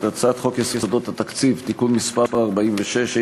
הצעת חוק יסודות התקציב (תיקון מס' 46),